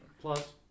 Plus